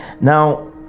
now